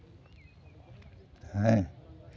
ᱦᱮᱸ